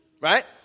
Right